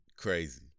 crazy